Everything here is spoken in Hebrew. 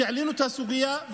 כשהעלינו את הסוגיה,